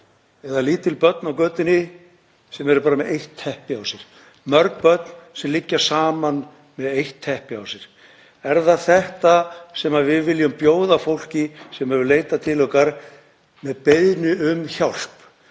eða lítil börn á götunni sem eru bara með eitt teppi á sér. Mörg börn sem liggja saman með eitt teppi á sér. Er það þetta sem við viljum bjóða fólki sem hefur leitað til okkar með beiðni um hjálp?